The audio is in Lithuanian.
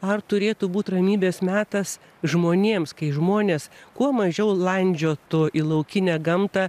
ar turėtų būt ramybės metas žmonėms kai žmonės kuo mažiau landžiotų į laukinę gamtą